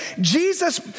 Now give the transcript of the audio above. Jesus